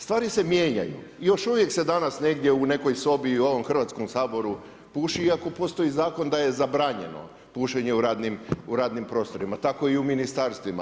Stvari se mijenjaju i još uvijek se danas negdje u nekoj sobi i u ovom Hrvatskom saboru puši, iako postoji zakon da je zabranjeno pušenje u radnim prostorima, tako i u ministarstvima.